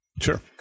sure